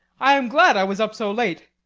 i am glad i was up so late,